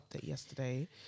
yesterday